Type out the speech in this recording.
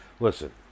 Listen